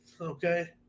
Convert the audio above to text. okay